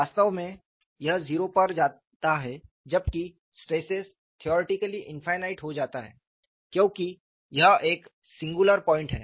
वास्तव में यह 0 पर जाता है जबकि स्ट्रेस्सेस थेओरेटिकली इनफाइनाइट हो जाता है क्योंकि यह एक सिंगुलर पॉइंट है